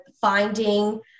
finding